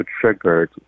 triggered